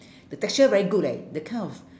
the texture very good leh the kind of